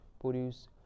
produce